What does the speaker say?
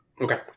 Okay